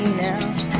now